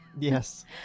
Yes